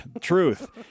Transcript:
Truth